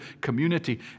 community